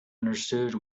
understood